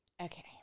okay